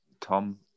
Tom